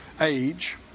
age